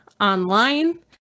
online